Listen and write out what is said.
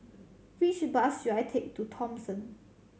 which bus should I take to Thomson